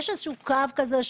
יש איזשהו קו כזה?